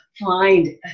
find